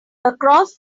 across